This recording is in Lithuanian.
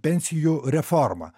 pensijų reformą